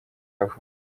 yavutse